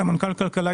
סמנכ"ל כלכלה,